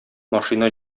машина